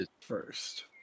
first